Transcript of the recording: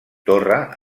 torre